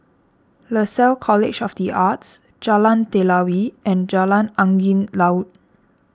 Lasalle College of the Arts Jalan Telawi and Jalan Angin Laut